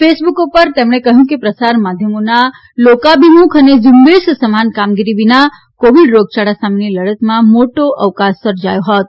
Facebook ઉપર તેમણે કહ્યું હતું કે પ્રસાર માધ્યમોના લોકાભિમુખ અને ઝુંબેશ સમાન કામગીરી વિના કોવિડ રોગયાળા સામેની લડતમાં મોટી અવકાશ સર્જાયો હોત